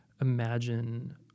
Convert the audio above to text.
imagine